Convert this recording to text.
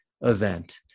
event